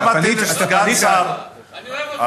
לא מתאים לך, אני אוהב אותך.